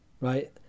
Right